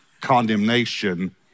condemnation